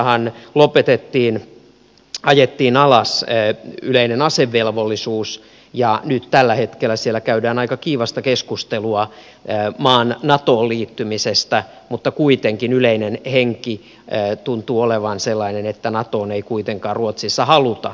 ruotsissahan lopetettiin ajettiin alas yleinen asevelvollisuus ja nyt tällä hetkellä siellä käydään aika kiivasta keskustelua maan natoon liittymisestä mutta kuitenkin yleinen henki tuntuu olevan sellainen että natoon ei kuitenkaan ruotsissa haluta